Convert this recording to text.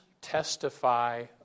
testify